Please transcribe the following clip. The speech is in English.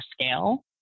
scale